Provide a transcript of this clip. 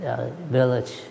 Village